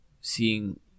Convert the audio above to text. seeing